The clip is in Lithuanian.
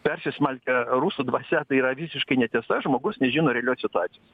persismelkę rusų dvasia tai yra visiškai netiesa žmogus nežino realios situacijos